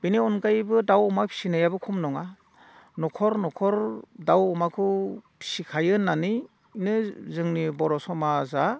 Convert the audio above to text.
बिनि अनगायैबो दाउ अमा फिसिनायाबो खम नङा न'खर न'खर दाउ अमाखौ फिसिखायो होननानैनो जोंनि बर' समाजा